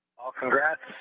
congrats,